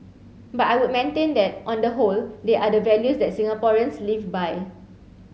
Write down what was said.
but I would maintain that on the whole they are the values that Singaporeans live by